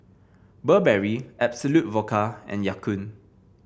Burberry Absolut Vodka and Ya Kun